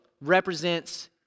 represents